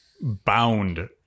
bound